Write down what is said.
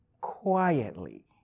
quietly